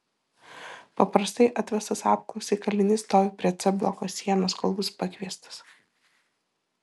paprastai atvestas apklausai kalinys stovi prie c bloko sienos kol bus pakviestas